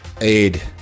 aid